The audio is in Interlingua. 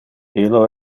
illo